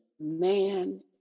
man